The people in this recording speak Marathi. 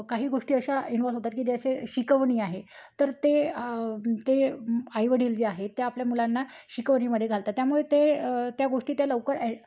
काही गोष्टी अशा इन्वॉल्व्ह होतात की जसे शिकवणी आहे तर ते ते आईवडील जे आहेत ते आपल्या मुलांना शिकवणीमध्ये घालतात त्यामुळे ते त्या गोष्टी त्या लवकर ए